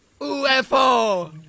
UFO